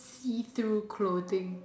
see through clothing